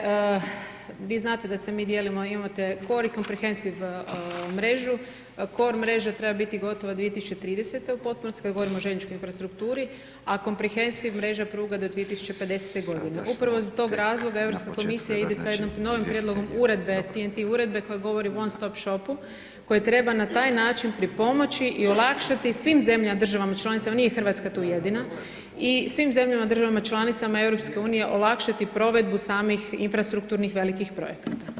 Dakle, vi znate da se mi dijelimo, imate core i comprehensive mrežu, core mreža treba biti gotova 2030. u potpunosti kad govorimo o željezničkoj infrastrukturi a comprehensive mreža pruga do 2050. g. Upravo iz tog razloga Europska komisija ide sa jednim novim prijedlogom uredbe, ... uredbe koja govori o one stop shopu koji treba na taj način pripomoći i olakšati svim zemljama državama članicama, nije Hrvatska tu jedina i svim zemljama državama članicama EU-a olakšati provedbu samih infrastrukturnih velikih projekata.